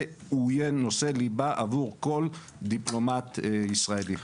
יהיה נושא ליבה עבור כל דיפלומט ישראלי.